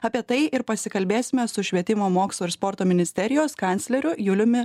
apie tai ir pasikalbėsime su švietimo mokslo ir sporto ministerijos kancleriu juliumi